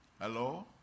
Hello